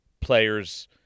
players